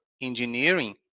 engineering